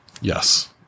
Yes